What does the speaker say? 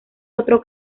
otro